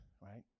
right